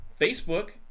facebook